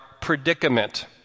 predicament